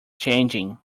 changing